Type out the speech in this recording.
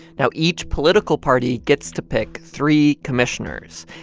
now, each political party gets to pick three commissioners.